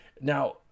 now